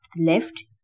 Left